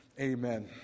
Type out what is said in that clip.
Amen